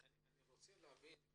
אני רוצה להבין,